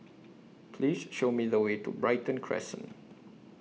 Please Show Me The Way to Brighton Crescent